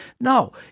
No